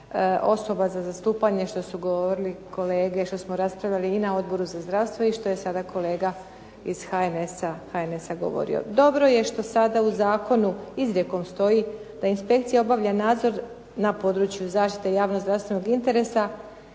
osoba za zastupanje što su govorili kolege, što smo raspravljali i na Odboru za zdravstvo i što je sada kolega iz HNS-a govorio. Dobro je što sada u zakonu izrijekom stoji da inspekcija obavlja nadzor na području zaštite javno-zdravstvenog interesa,